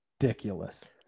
ridiculous